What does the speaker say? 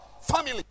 family